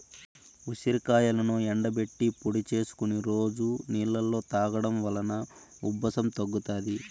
ఉసిరికాయలను ఎండబెట్టి పొడి చేసుకొని రోజు నీళ్ళలో తాగడం వలన ఉబ్బసం తగ్గుతాది